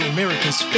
America's